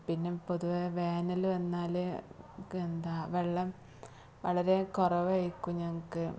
പിന്നെ പൊതുവേ വേനൽ വന്നാൽ ക്ക് എന്താണ് വെള്ളം വളരെ കുറവായിരിക്കും ഞങ്ങൾക്ക്